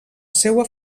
seua